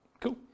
Cool